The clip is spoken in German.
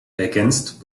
ergänzt